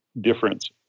difference